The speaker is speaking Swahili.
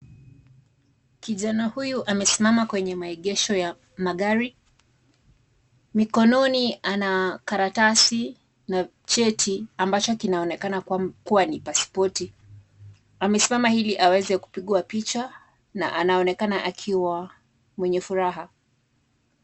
Kijana huyu amesimama kwenye maegesho ya magari. Mikononi ana karatasi na cheti ambacho kinaonekana kuwa ni pasipoti. Amesimama ili aweze kupigwa picha na anaonekana kuwa mwenye furaha.